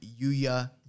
Yuya